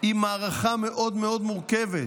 היא מערכה מאוד מאוד מורכבת.